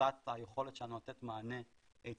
קצת היכולת שלנו לתת מענה הצטמצמה.